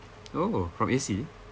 oh from A_C